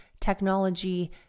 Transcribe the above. technology